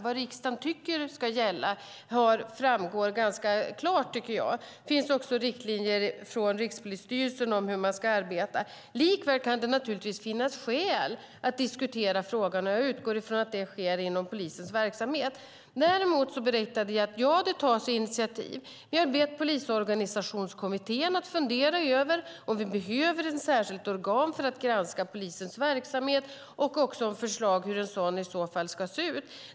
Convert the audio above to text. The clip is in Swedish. Vad riksdagen tycker ska gälla framgår klart. Det finns också riktlinjer från Rikspolisstyrelsen om hur man ska arbeta. Likväl kan det naturligtvis finnas skäl att diskutera frågan, och jag utgår från att det sker inom polisens verksamhet. Jag berättade att det tas initiativ. Vi har bett Polisorganisationskommittén att fundera över om det behövs ett särskilt organ för att granska polisens verksamhet och i så fall lägga fram förslag om hur ett sådant organ ska se ut.